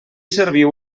serviu